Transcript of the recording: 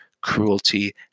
cruelty